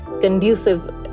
conducive